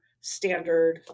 standard